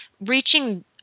reaching